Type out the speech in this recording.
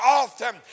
often